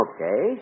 Okay